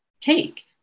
take